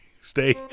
stay